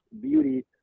beauty